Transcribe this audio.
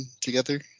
together